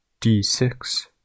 d6